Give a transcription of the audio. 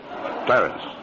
Clarence